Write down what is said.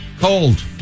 Cold